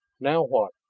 now what?